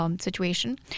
situation